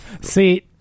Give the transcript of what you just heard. See